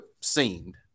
seemed